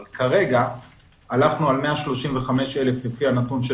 אבל כרגע הלכנו על 135,000 לפי הנתון של